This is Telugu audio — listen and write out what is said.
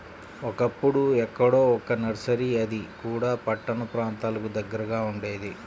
ఒకప్పుడు ఎక్కడో ఒక్క నర్సరీ అది కూడా పట్టణ ప్రాంతాలకు దగ్గరగా ఉండేది